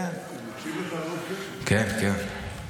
אני מקשיב לך --- כן, כן.